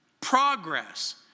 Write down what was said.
progress